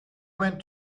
went